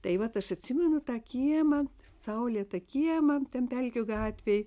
tai vat aš atsimenu tą kiemą saulėtą kiemą ten pelkių gatvėj